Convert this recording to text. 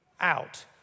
out